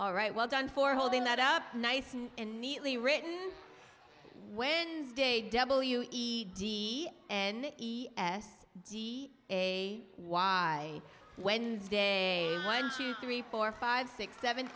all right well done for holding that up nice and neatly written wednesday w e d n e s d a y wednesday one two three four five six seven